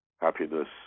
Happiness